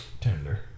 tender